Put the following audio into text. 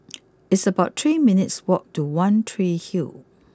it's about three minutes' walk to one Tree Hill